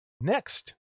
Next